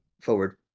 forward